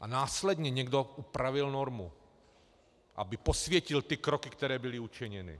A následně někdo upravil normu, aby posvětil ty kroky, které byly učiněny.